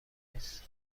نیست